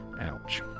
Ouch